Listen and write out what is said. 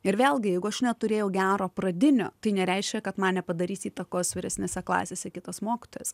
ir vėlgi jeigu aš neturėjau gero pradinio tai nereiškia kad man nepadarys įtakos vyresnėse klasėse kitas mokytojas